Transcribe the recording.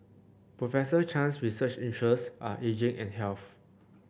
Professor Chan's research interests are ageing and health